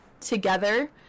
together